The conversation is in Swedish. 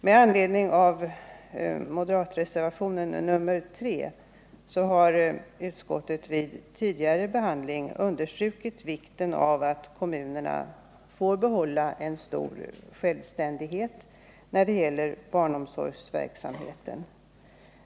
Med anledning av moderatreservationen 3 vill jag säga att utskottet tidigare har understrukit vikten av att kommunerna får behålla en stor självständighet när det gäller barnomsorgsverksamheten.